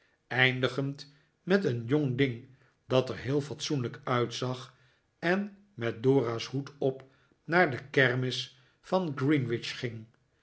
eindigend met een jong ding dat er heel fatsoenlijk uitzag eh met dora's hoed op naar de kermis van greenwich ging